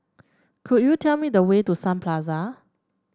could you tell me the way to Sun Plaza